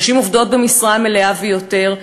נשים עובדות במשרה מלאה ויותר,